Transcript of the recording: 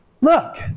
look